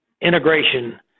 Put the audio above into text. integration